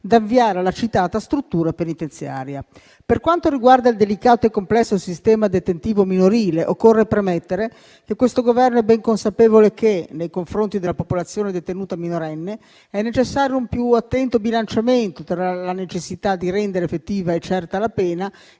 da avviare alla citata struttura penitenziaria. Per quanto riguarda il delicato e complesso sistema detentivo minorile, occorre premettere che questo Governo è ben consapevole che, nei confronti della popolazione detenuta minorenne, è necessario un più attento bilanciamento tra la necessità di rendere effettiva e certa la pena